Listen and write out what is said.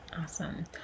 Awesome